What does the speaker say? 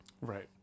Right